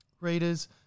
readers